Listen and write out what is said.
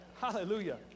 Hallelujah